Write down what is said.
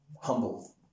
humble